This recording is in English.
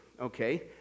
okay